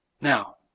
Now